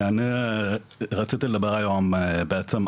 אני רציתי לדבר היום בעצם,